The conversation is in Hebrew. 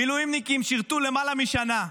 מילואימניקים שירתו למעלה משנה,